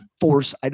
force